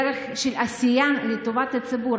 דרך של עשייה לטובת הציבור,